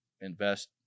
invest